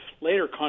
later